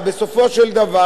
בסופו של דבר,